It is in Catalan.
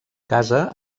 casa